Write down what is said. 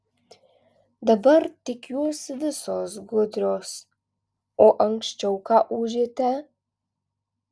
dabar tik jūs visos gudrios o anksčiau ką ūžėte